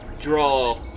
draw